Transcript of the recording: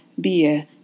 beer